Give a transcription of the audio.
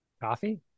Coffee